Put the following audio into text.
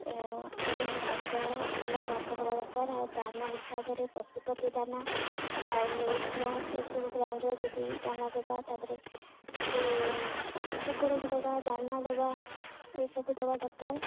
ଏବଂ ଘାସ ଭଲ ଘାସ ଦବା ଦରକାର ଆଉ ଦାନା ହିସାବରେ ପଶୁପତି ଦାନା ଆଉ ମିଲ୍କମୁ ଏସବୁ ବ୍ରାଣ୍ଡର ଯଦି ଦାନା ଦେବା ତା'ପରେ ତାକୁ ଚୋକଡ଼ ବି ଦବା ଦାନା ଦବା ଏସବୁ ଦବା ଦରକାର